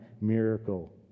miracle